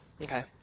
Okay